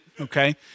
Okay